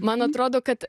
man atrodo kad